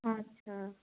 अच्छा